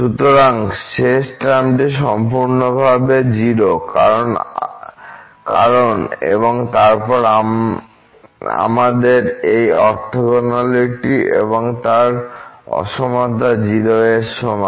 সুতরাং শেষ টার্মটি সম্পূর্ণভাবে 0কারণ এবং তারপর আমাদের এই ওরথোগোনালিটি তার অসমতা 0 এর সমান